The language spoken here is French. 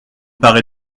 paraît